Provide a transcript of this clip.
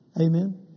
amen